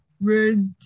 rent